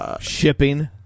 Shipping